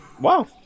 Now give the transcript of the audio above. Wow